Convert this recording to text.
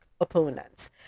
opponents